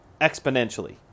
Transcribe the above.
exponentially